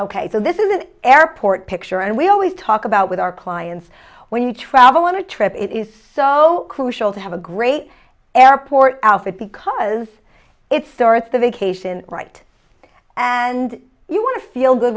ok so this is an airport picture and we always talk about with our clients when you travel on a trip it is so crucial to have a great airport outfit because it starts the vacation right and you want to feel good